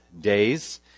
days